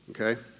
okay